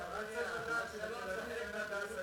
אדוני היושב-ראש,